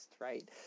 right